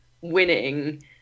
winning